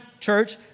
church